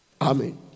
amen